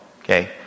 okay